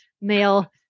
male